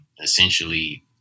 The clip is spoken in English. essentially